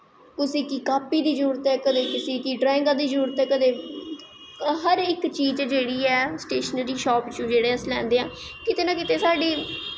कुसे गी कापी दी जरूरत ऐ कदैं कुसे गी ड्राईंगां दी जरूरत ऐ कदैं हर इक चीज़ जेह्ड़ी ऐ स्टेशनरी शॉप चों जेह्ड़ी अस लैंदे आं किते ना किते साढ़ी